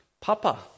Papa